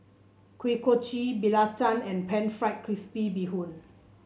Kuih Kochi belacan and pan fried crispy Bee Hoon